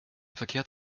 verkehrt